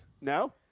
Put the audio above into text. No